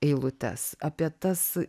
eilutes apie tas